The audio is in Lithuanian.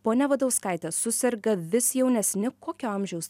ponia vadauskaite suserga vis jaunesni kokio amžiaus